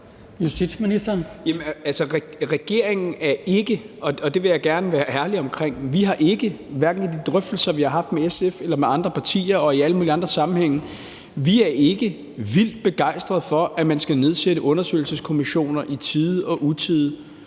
jeg vil gerne være ærlig omkring, at regeringen ikke – hverken i de drøftelser, vi har haft med SF eller med andre partier, eller i alle mulige andre sammenhænge – er vildt begejstret for, at man skal nedsætte undersøgelseskommissioner i tide og utide